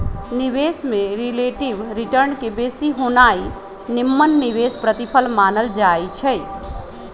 निवेश में relative return के बेशी होनाइ निम्मन निवेश प्रतिफल मानल जाइ छइ